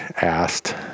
asked